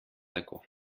tako